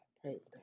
Praise